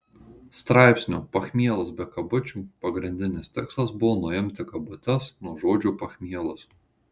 straipsnio pachmielas be kabučių pagrindinis tikslas buvo nuimti kabutes nuo žodžio pachmielas